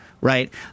right